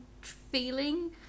feeling